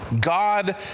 God